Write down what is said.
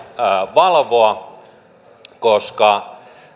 valvoa koska